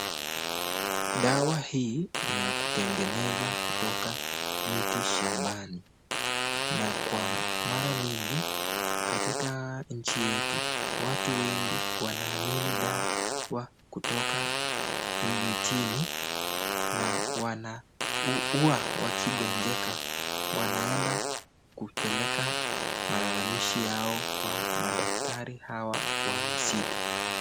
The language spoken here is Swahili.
Dawa hii ni ya kutengeneza kutoka miti shambani. Na kwa mara mingi katika nchi yetu watu wengi wanaaamini dawa kutoka mitini na huwa wakigonjeka wanaenda kupeleka malalamishi Yao kwa madaktari Hawa wa misitu.